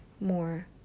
more